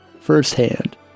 firsthand